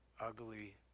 ugly